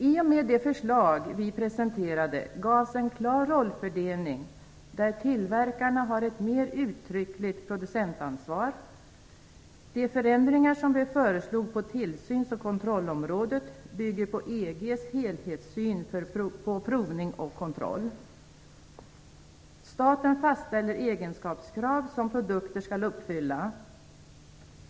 I och med de förslag vi presenterade gavs en klar rollfördelning, där tillverkarna har ett mer uttryckligt producentansvar. De förändringar som vi föreslog på tillsyns och kontrollområdet bygger på EG:s helhetssyn på provning och kontroll. Staten fastställer egenskapskrav som produkter skall uppfylla.